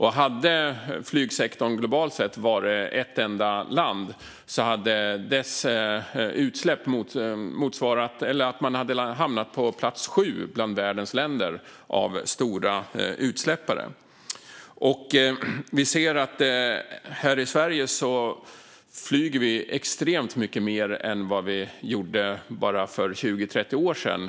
Hade flygsektorn globalt sett varit ett enda land hade dess utsläpp hamnat på plats sju av stora utsläppare bland världens länder. Här i Sverige flyger vi extremt mycket mer än vad vi gjorde för bara 20-30 år sedan.